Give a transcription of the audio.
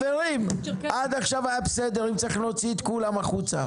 אם צריך אוציא את כולם החוצה.